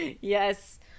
Yes